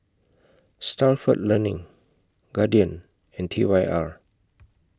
Stalford Learning Guardian and T Y R